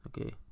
okay